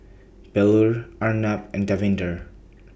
Bellur Arnab and Davinder